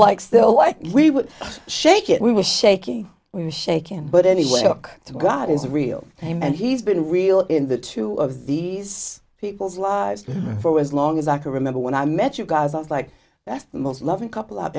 like still like we would shake it we were shaking we were shaken but anyway look to god is real and he's been real in the two of these people's lives for as long as i can remember when i met you guys i was like that's the most loving couple of